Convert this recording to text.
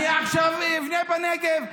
אני עכשיו אבנה בנגב,